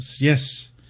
Yes